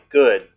good